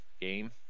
game